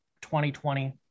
2020